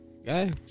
okay